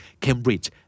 Cambridge